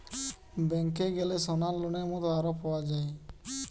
ব্যাংকে গ্যালে সোনার লোনের মত আরো পাওয়া যায়